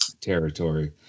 territory